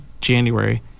January